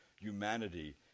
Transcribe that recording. humanity